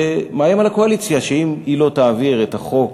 ומאיים על הקואליציה, שאם היא לא תעביר את החוק